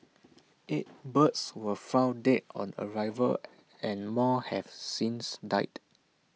eight birds were found dead on arrival and more have since died